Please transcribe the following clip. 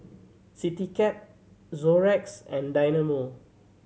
Citycab Xorex and Dynamo